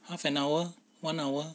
half an hour one hour